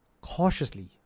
Cautiously